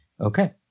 Okay